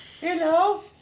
hello